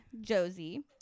Josie